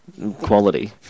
quality